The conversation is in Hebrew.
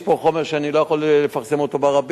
יש פה חומר שאני לא יכול לפרסם אותו ברבים,